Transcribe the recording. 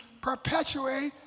perpetuate